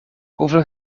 hoeveel